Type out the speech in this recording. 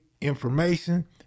information